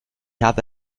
habe